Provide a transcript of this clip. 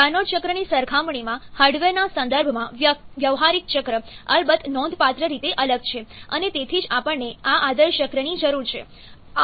Carnot ચક્રની સરખામણીમાં હાર્ડવેરના સંદર્ભમાં વ્યવહારિક ચક્ર અલબત્ત નોંધપાત્ર રીતે અલગ છે અને તેથી જ આપણને આ આદર્શ ચક્રની જરૂર છે